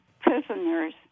prisoners